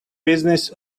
business